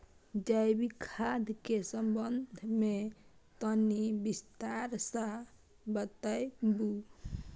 जैविक खाद के संबंध मे तनि विस्तार स बताबू?